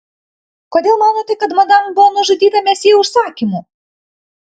kodėl manote kad madam buvo nužudyta mesjė užsakymu